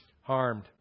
harmed